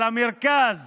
על המרכז